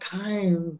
time